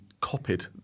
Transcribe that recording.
copied